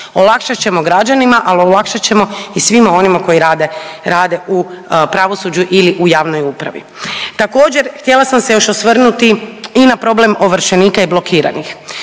olakšat ćemo građanima, al olakšat ćemo i svima onima koji rade u pravosuđu ili u javnoj upravi. Također htjela sam se još osvrnuti i na problem ovršenika i blokiranih